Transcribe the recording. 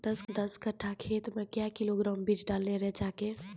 दस कट्ठा खेत मे क्या किलोग्राम बीज डालने रिचा के?